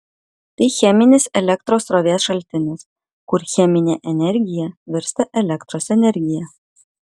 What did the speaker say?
tai cheminis elektros srovės šaltinis kur cheminė energija virsta elektros energija